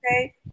okay